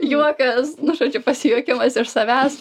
juokas nu žodžiu pasijuokiau iš savęs